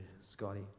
Scotty